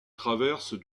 traverse